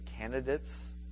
candidates